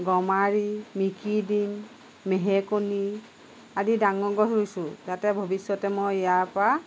গমাৰি মিকিদিং মেহেকনি আদি ডাঙৰ গছ ৰুইছোঁ যাতে ভৱিষ্যতে মই ইয়াৰ পৰা